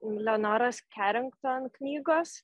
leonoros kerinkton knygos